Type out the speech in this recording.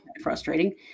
frustrating